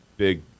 big